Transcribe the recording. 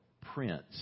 Prince